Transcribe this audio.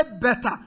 better